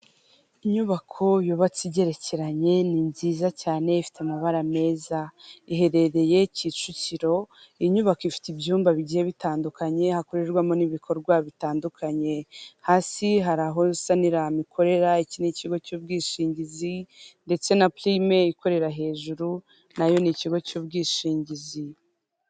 Inyubako yubatse igerekeranye ni nziza cyane ifite amabara meza, iherereye kicukiro inyubako ifite ibyumba bigiye bitandukanye hakorerwamo n'ibikorwa bitandukanye, hasi hari aho saniramu ikorera, iki n'ikigo cy'ubwishingizi ndetse na pirime ikorera hejuru nayo ni ikigo cy'ubwishingizi.